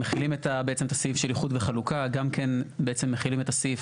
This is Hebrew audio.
הם מחילים בעצם את הסעיף של איחוד וחלוקה גם כן בעצם מחילים את הסעיף,